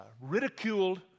ridiculed